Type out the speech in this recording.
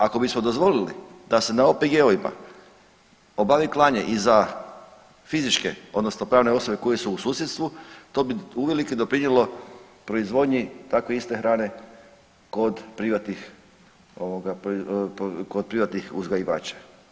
Ako bismo dozvolili da se na OPG-ovima obavi klanje i za fizičke odnosno pravne osobe koje su u susjedstvu to bi uvelike doprinijelo proizvodnji takve iste hrane kod privatnih uzgajivača.